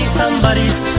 somebody's